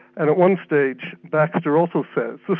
and at one stage baxter also says,